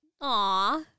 Aw